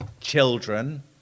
children